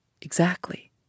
Exactly